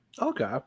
Okay